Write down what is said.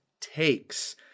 takes